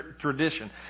tradition